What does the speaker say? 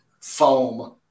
foam